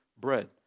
bread